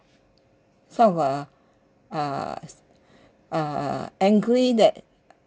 sort of uh uh uh angry that